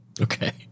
okay